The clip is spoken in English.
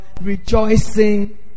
Rejoicing